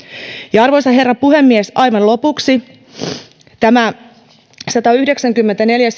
ja arvoisa herra puhemies aivan lopuksi tästä satayhdeksänkymmentäneljä